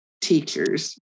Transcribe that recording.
teachers